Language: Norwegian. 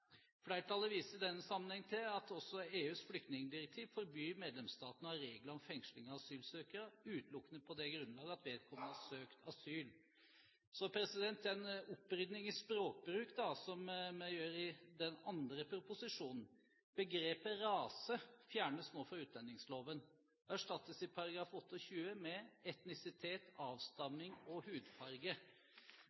Flertallet viser i denne sammenhengen til at også EUs flyktningdirektiv forbyr medlemsstatene å ha regler om fengsling av asylsøkere utelukkende på det grunnlag at vedkommende har søkt asyl. Så en opprydning i språkbruken i forbindelse med behandlingen av Prop. 141 L. Begrepet «rase» fjernes nå fra utlendingsloven og erstattes i § 28 med